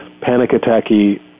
panic-attacky